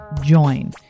join